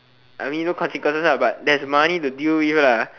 I mean no consequences lah but there's money to deal with lah